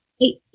Eight